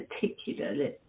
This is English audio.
particularly